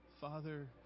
Father